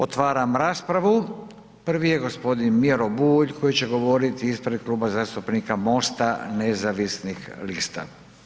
Otvaram raspravu, prvi je gospodin Miro Bulj koji će govoriti ispred Kluba zastupnika MOST-a nezavisnih lista.